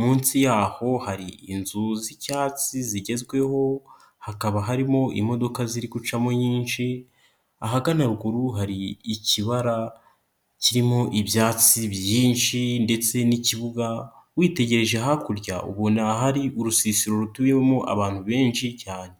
munsi yaho hari inzu z'icyatsi zigezweho hakaba harimo imodoka ziri gucamo nyinshi, ahagana ruguru hari ikibara kirimo ibyatsi byinshi ndetse n'ikibuga witegereje hakurya ubona ahari urusisiro rutuyemo abantu benshi cyane.